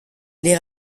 les